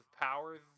powers